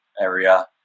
area